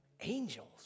angels